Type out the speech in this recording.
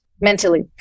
mentally